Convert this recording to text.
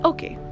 Okay